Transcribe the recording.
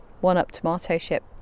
One-up-tomato-ship